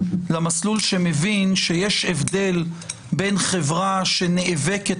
למסלול שמבין שיש הבדל בין חברה שנאבקת